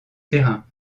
terrain